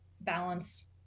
balance